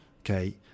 okay